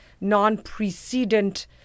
non-precedent